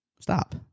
Stop